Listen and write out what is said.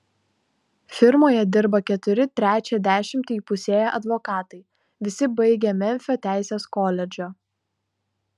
firmoje dirba keturi trečią dešimtį įpusėję advokatai visi baigę memfio teisės koledžą